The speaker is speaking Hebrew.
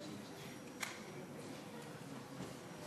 לרשות אדוני